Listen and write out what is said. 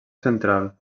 central